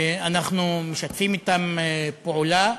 ואנחנו משתפים אתם פעולה,